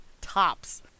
tops